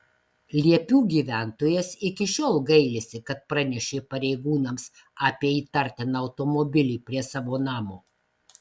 liepių gyventojas iki šiol gailisi kad pranešė pareigūnams apie įtartiną automobilį prie savo namo